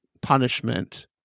punishment